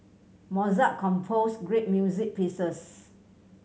Mozart composed great music pieces